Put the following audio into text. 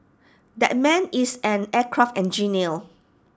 that man is an aircraft engineer